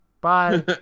Bye